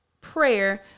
prayer